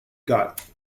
got